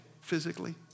physically